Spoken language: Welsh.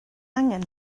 angen